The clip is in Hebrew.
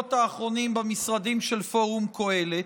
בשבועות האחרונים במשרדים של פורום קהלת.